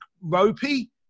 ropey